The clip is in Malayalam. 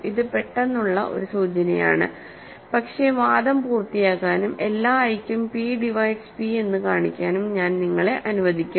ഇത് ഒരു പെട്ടെന്നുള്ള സൂചനയാണ് പക്ഷേ വാദം പൂർത്തിയാക്കാനും എല്ലാ ഐ ക്കും p ഡിവൈഡ്സ് p എന്ന് കാണിക്കാനും ഞാൻ നിങ്ങളെ അനുവദിക്കും